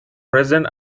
president